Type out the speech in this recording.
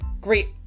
great